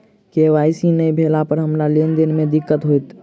KYC नै भेला पर हमरा लेन देन मे दिक्कत होइत?